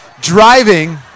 Driving